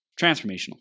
transformational